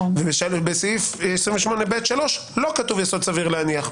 וב-3 לא כתוב יסוד סביר להניח.